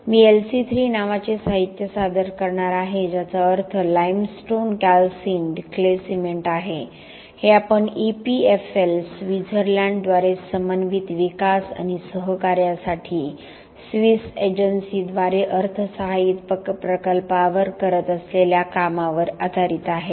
मी LC3 नावाचे साहित्य सादर करणार आहे ज्याचा अर्थ लाइमस्टोन कॅलसिन्ड क्ले सिमेंट आहे हे आपण EPFL स्वित्झर्लंड द्वारे समन्वित विकास आणि सहकार्यासाठी स्विस एजन्सीद्वारे अर्थसहाय्यित प्रकल्पावर करत असलेल्या कामावर आधारित आहे